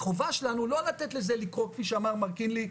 החובה שלנו לא לתת לזה לקרוא כפי שאמר מר קינלי,